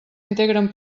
integren